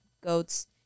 goats